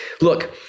Look